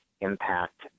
impact